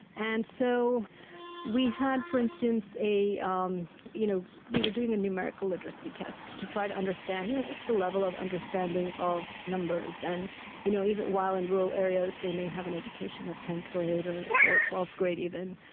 and so we had, for instance, um you know we were doing a numerical literacy test to try to understand you know what's the level of understanding of numbers, and you know even while in rural areas they may have an education of tenth grade or or twelfth grade even,